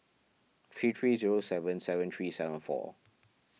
three three zero seven seven three seven four